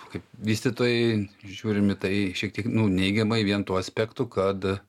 kaip vystytojai žiūrim į tai šiek tiek nu neigiamai vien tuo aspektu kad